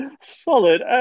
solid